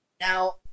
Now